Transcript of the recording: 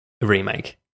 remake